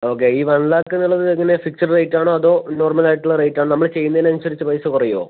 okay ഈ one lakh എന്നുള്ളത് എങ്ങനെയാണ് ഫിക്സഡ് റേറ്റാണോ അതോ നോർമലായിട്ടുള്ള റേറ്റാണോ നമ്മൾ ചെയ്യുന്നതിനനുസരിച്ച് പൈസ കുറയുവോ